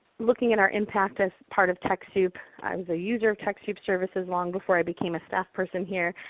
looking at our impact as part of techsoup, i was a user of techsoup's services long before i became a staff person here.